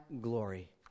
glory